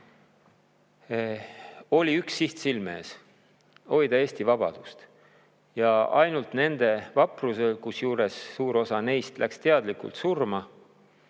naisi – oli üks siht silme ees: hoida Eesti vabadust. Ja ainult nende vapruse tõttu – kusjuures suur osa neist läks teadlikult surma